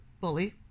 bully